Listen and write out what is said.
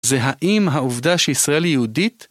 זה האם העובדה שישראל יהודית?